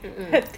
mm mm